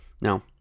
Now